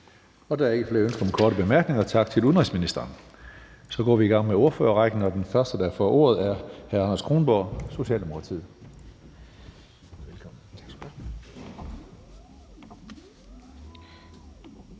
Der er ikke flere ønsker om korte bemærkninger. Tak til udenrigsministeren. Så går vi i gang med ordførerrækken, og den første, der får ordet, er hr. Anders Kronborg, Socialdemokratiet.